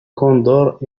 condor